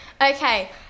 Okay